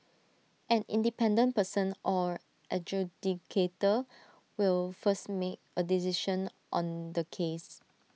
an independent person or adjudicator will first make A decision on the case